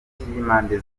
y’impande